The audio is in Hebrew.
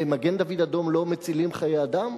במגן-דוד-אדום לא מצילים חיי אדם,